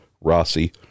Rossi